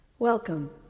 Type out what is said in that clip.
Welcome